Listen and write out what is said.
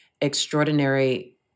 extraordinary